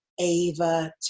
Ava